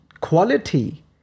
quality